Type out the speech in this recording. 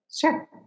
Sure